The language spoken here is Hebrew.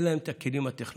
אין להם את הכלים הטכנולוגיים.